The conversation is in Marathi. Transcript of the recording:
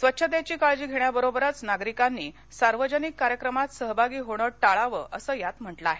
स्वच्छतेचीकाळजीघेण्याबरोबर नागरिकांनीसार्वजनिक कार्यक्रमात सहभागी होणं टाळावं अस यात म्हंटल आहे